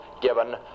given